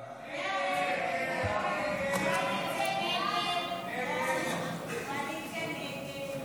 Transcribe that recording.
כהן, אלעזר שטרן, מיקי לוי,